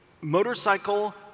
motorcycle